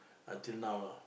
until now lah